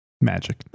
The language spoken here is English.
magic